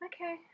okay